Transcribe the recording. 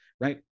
right